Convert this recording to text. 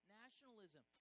nationalism